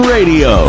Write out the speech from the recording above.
Radio